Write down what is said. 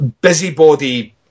busybody